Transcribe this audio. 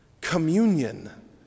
communion